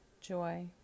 joy